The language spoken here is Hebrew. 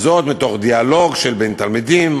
וזאת מתוך דיאלוג בין תלמידים,